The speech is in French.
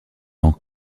ans